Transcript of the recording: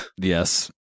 Yes